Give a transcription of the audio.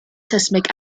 seismic